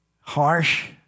harsh